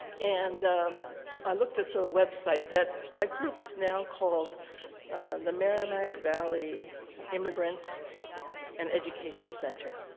and i looked at the website. that that group is now called the merrimack valley immigrant and education center.